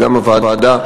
וגם הוועדה,